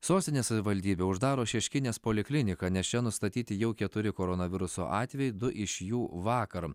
sostinės savivaldybė uždaro šeškinės polikliniką nes čia nustatyti jau keturi koronaviruso atvejai du iš jų vakar